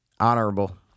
honorable